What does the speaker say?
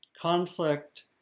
conflict